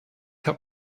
hab